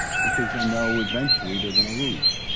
because i know eventually they're going to lose,